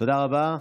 תודה רבה.